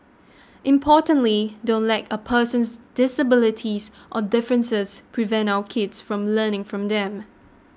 importantly don't let a person's disabilities or differences prevent your kids from learning from them